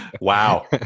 Wow